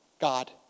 God